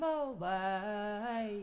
away